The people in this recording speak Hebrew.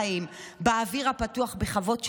חיים באוויר הפתוח בחוות שלוות,